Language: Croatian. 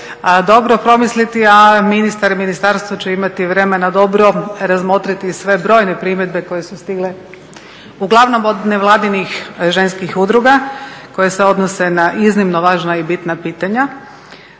dobro promisliti, a ministar, ministarstvo će imati vremena dobro razmotriti sve brojne primjedbe koje su stigle uglavnom od nevladinih ženskih udruga koje se odnose na iznimno važna i bitna pitanja